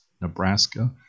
Nebraska